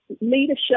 leadership